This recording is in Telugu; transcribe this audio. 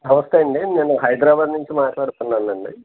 నమస్తే అండి నేను హైదరాబాద్ నుంచి మాట్లాడుతున్నాను అండి